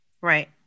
Right